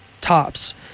tops